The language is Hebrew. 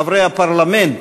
חברי הפרלמנט,